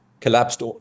collapsed